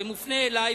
שמופנה אלי,